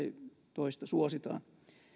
toista suositaan